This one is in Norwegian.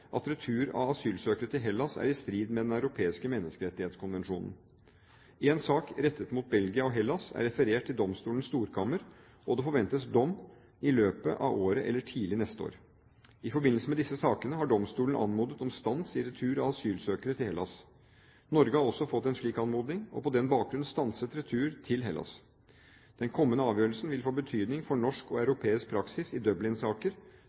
at retur av asylsøkere til Hellas er i strid med Den europeiske menneskerettighetskonvensjonen. En sak rettet mot Belgia og Hellas er levert til domstolens storkammer, og det forventes dom i løpet av året eller tidlig neste år. I forbindelse med disse sakene har domstolen anmodet om stans i retur av asylsøkere til Hellas. Norge har også fått en slik anmodning og på den bakgrunn stanset retur til Hellas. Den kommende avgjørelsen vil få betydning for norsk og europeisk praksis i